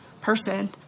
person